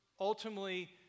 ultimately